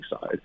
side